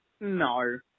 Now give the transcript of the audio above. no